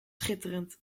schitterend